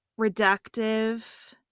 reductive